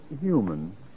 human